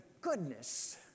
goodness